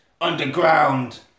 underground